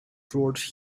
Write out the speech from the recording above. george